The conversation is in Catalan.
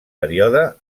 període